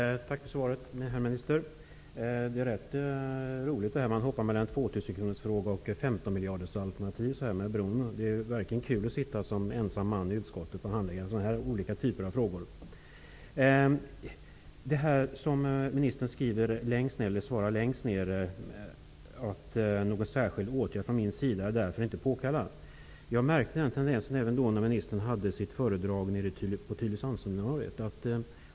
Fru talman! Tack för svaret, herr minister. Det är rätt roligt det här. Man hoppar mellan en tvåtusenkronorsfråga och ett femtonmiljardersalternativ. Det är verkligen ''kul'' att sitta som ensam representant för Ny demokrati i utskottet och handlägga så här olika typer av frågor. Ministern avslutar sitt svar med att ''någon särskild åtgärd från min sida är därför inte påkallad''. Jag märkte den tendensen även när ministern höll sitt föredrag under Tylösandsseminariet.